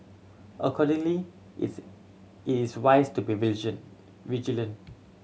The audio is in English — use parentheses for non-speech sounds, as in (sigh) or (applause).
accordingly its it is wise to be (unintelligible) vigilant